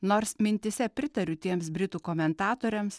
nors mintyse pritariu tiems britų komentatoriams